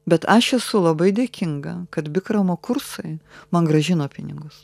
bet aš esu labai dėkinga kad bikramo kursai man grąžino pinigus